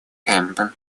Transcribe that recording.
темпами